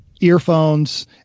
earphones